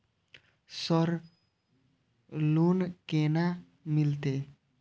Sir loan केना मिलते?